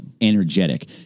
energetic